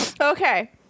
okay